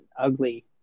ugly